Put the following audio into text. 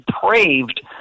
depraved